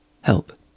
Help